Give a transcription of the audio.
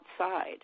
outside